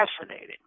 fascinating